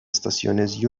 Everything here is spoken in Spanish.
estaciones